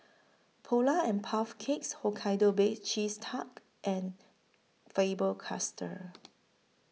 Polar and Puff Cakes Hokkaido Baked Cheese Tart and Faber Castell